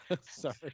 sorry